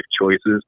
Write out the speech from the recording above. choices